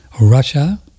Russia